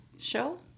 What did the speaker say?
show